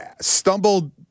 stumbled